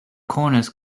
corners